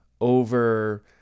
over